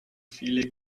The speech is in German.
viele